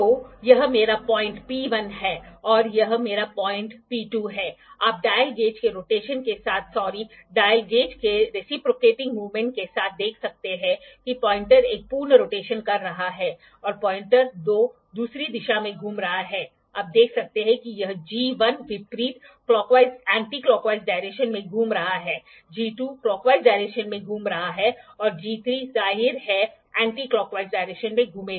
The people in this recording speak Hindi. तो यह मेरा पॉइंट P1 है और यह मेरा पॉइंटर P2 है आप डायल गेज के रोटेशन के साथ सॉरी डायल गेज के रिसीप्रोकेटिंग मूवमेंट के साथ देख सकते हैं कि पॉइंटर एक पूर्ण रोटेशन कर रहा है और पॉइंटर 2 दूसरी दिशा में घूम रहा है आप देख सकते हैं कि यह g 1 विपरीत क्लाकवाइज डायरेक्शन में घूम रहा है g 2 क्लाकवाइज डायरेक्शन में घूम रहा है और g 3 जाहिर है विपरीत क्लाकवाइज डायरेक्शन में घूमेगा